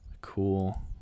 cool